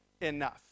enough